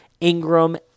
Ingram